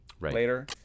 later